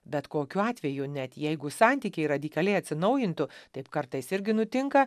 bet kokiu atveju net jeigu santykiai radikaliai atsinaujintų taip kartais irgi nutinka